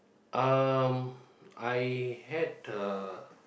um I had a